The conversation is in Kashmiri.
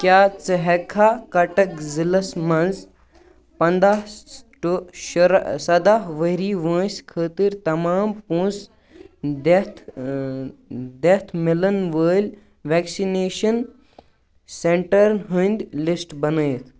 کیٛاہ ژٕ ہیٚککھا کَٹَک ضِلعس منٛز پنٛداہ ٹُہ سَداہ ؤہری وٲنٛسہِ خٲطٕر تمام پونٛسہٕ دِتھ دِتھ مِلَن وٲلۍ وٮ۪کسِنیشَن سٮ۪نٹَرن ہٕنٛدۍ لِسٹ بنٲیِتھ